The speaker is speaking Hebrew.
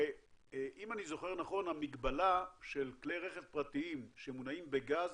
אם אני זוכר נכון המגבלה של כלי רכב פרטיים שמונעים בגז